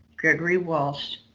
gregory walsh,